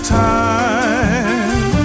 time